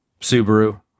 Subaru